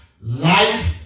Life